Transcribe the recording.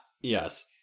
Yes